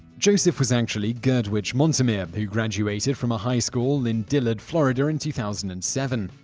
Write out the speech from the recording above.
joseph was actually guerdwich montimere, who graduated from a high school in dillard, florida in two thousand and seven.